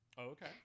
okay